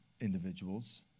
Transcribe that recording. individuals